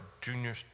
junior